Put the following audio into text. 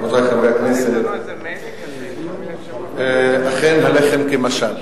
רבותי חברי הכנסת, אכן הלחם כמשל